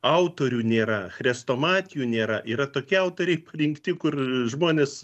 autorių nėra chrestomatijų nėra yra tokie autoriai rinkti kur žmonės